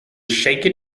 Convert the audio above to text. shaken